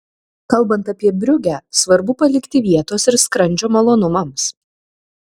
kalbant apie briugę svarbu palikti vietos ir skrandžio malonumams